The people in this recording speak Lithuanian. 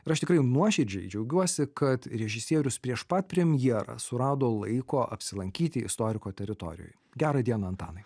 ir aš tikrai jum nuoširdžiai džiaugiuosi kad režisierius prieš pat premjerą surado laiko apsilankyti istoriko teritorijoj gerą dieną antanai